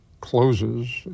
closes